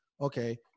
okay